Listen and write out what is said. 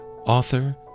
author